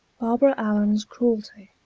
barbara allen's cruelty